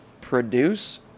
produce